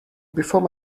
before